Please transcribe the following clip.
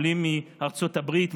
עולים מארצות הברית,